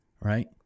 Right